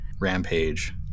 Rampage